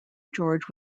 george